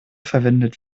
verwendet